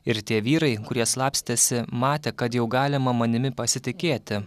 ir tie vyrai kurie slapstėsi matė kad jau galima manimi pasitikėti